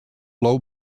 low